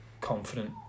confident